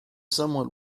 somewhat